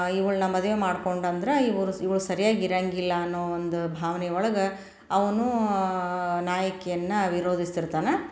ಇವ್ಳನ್ನ ಮದುವೆ ಮಾಡ್ಕೊಂಡೆ ಅಂದರೆ ಇವರು ಇವ್ಳು ಸರಿಯಾಗಿ ಇರೋಂಗಿಲ್ಲ ಅನ್ನೋ ಒಂದು ಭಾವ್ನೆಯೊಳಗೆ ಅವ್ನು ನಾಯಕಿಯನ್ನು ವಿರೋಧಿಸಿರ್ತಾನೆ